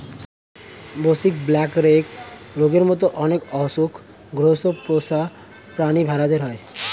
braxy, black leg রোগের মত অনেক অসুখ গৃহস্ত পোষ্য প্রাণী ভেড়াদের হয়